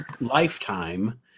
lifetime